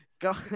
go